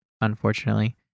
Unfortunately